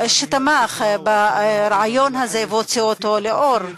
שתמך ברעיון הזה והוציא אותו לפועל.